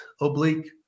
oblique